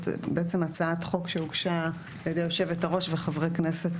זו הצעת חוק שהוגשה על ידי יושבת-הראש וחברי כנסת